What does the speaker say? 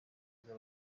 nziza